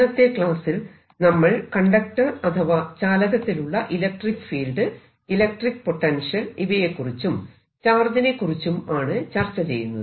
ഇന്നത്തെ ക്ലാസ്സിൽ നമ്മൾ കണ്ടക്ടർ അഥവാ ചാലകത്തിലുള്ള ഇലക്ട്രിക് ഫീൽഡ് ഇലക്ട്രിക് പൊട്ടൻഷ്യൽ ഇവയെക്കുറിച്ചും ചാർജിനെക്കുറിച്ചും ആണ് ചർച്ച ചെയ്യുന്നത്